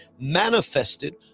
manifested